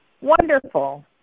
Wonderful